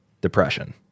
depression